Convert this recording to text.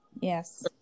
yes